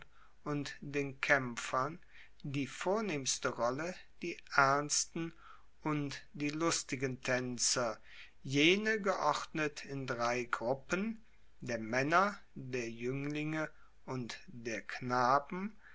und den kaempfern die vornehmste rolle die ernsten und die lustigen taenzer jene geordnet in drei gruppen der maenner der juenglinge und der knaben